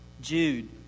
Jude